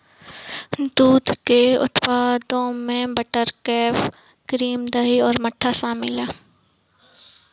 दूध के उप उत्पादों में बटरफैट, क्रीम, दही और मट्ठा शामिल हैं